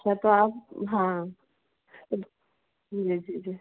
अच्छा तो आप हाँ जी जी